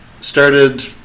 started